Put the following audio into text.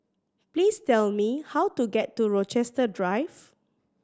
please tell me how to get to Rochester Drive